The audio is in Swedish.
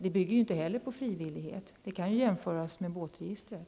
Det bygger ju inte heller på frivillighet och kan jämföras med båtregistret.